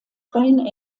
freien